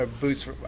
boots